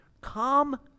come